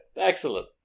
Excellent